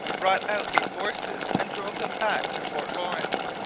brought out his forces and drove them back to fort lawrence.